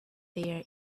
their